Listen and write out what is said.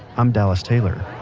i'm dallas taylor.